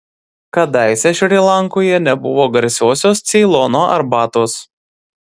kadaise šri lankoje nebuvo garsiosios ceilono arbatos